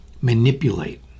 manipulate